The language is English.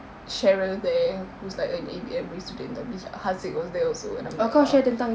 sharer there who's like an A_B_M punya student tapi haziq was there also and I'm like ugh